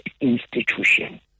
institution